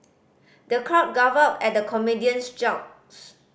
the crowd guffawed at the comedian's jokes